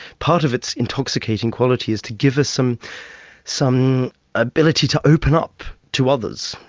part of its intoxicating quality is to give us some some ability to open up to others,